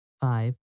five